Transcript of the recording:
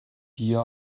dir